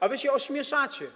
A wy się ośmieszacie.